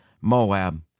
Moab